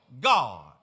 God